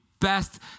best